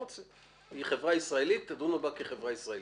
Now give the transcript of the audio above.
אם היא חברה ישראלית תדונו בה כחברה ישראלית.